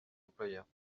employeurs